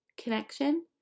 Connection